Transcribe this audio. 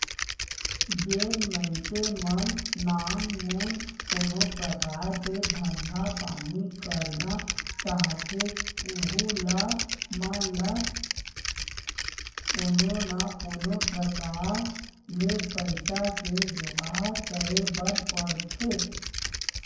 जेन मनसे मन नानमुन कोनो परकार के धंधा पानी करना चाहथें ओहू मन ल कोनो न कोनो प्रकार ले पइसा के जुगाड़ करे बर परथे